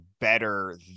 better